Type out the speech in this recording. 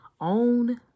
own